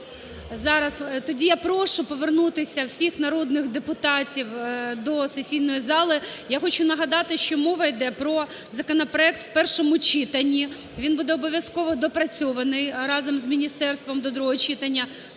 тоді я прошу повернутися всіх народних депутатів до сесійної зали. Я хочу нагадати, що мова йде про законопроект у першому читанні. Він буде обов'язково доопрацьований разом з міністерство до другого читання,